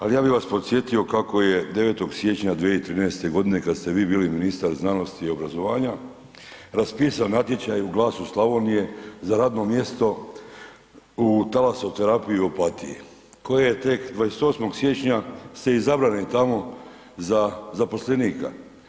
Ali ja bih vas podsjetio kako je 9. siječnja 2013. godine kada ste vi bili ministar znanosti i obrazovanja raspisan natječaj u „Glasu Slavonije“ za radno mjesto u talasoterapiji u Opatiji koje je tek 28. siječnja ste izabrani tamo za zaposlenika.